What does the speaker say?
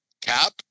cap